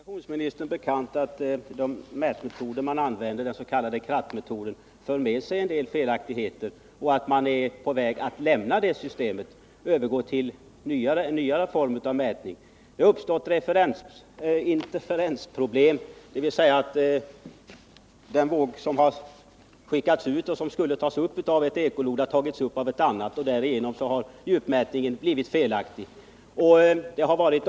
Herr talman! Är det inte kommunikationsministern bekant att de mätmetoder man använder, t.ex. den s.k. krattmetoden, för med sig en del felaktigheter och att man är på väg att lämna det systemet och övergå till en nyare form av mätning? Det har uppstått interferensproblem, dvs. den våg som har skickats ut och skulle tas upp av ett ekolod har tagits upp av ett annat. Därigenom har djupmätningarna blivit felaktiga.